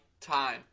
time